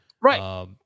Right